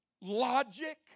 logic